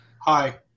Hi